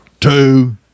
Two